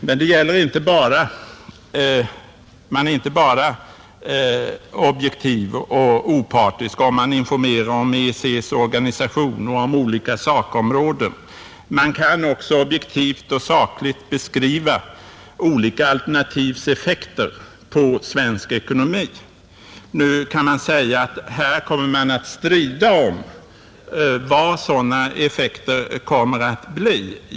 Men man är objektiv och opartisk inte bara om man informerar om EEC:s organisation och olika sakområden; man kan också objektivt och sakligt beskriva olika alternativs effekter på svensk ekonomi. Nu kan man i likhet med handelsministern säga att här kommer det att stå strid om vilka effekterna kommer att bli.